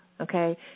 okay